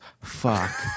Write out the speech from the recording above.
fuck